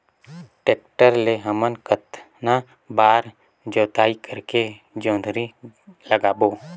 Tractor ले हमन कतना बार जोताई करेके जोंदरी लगाबो?